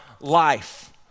life